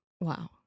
Wow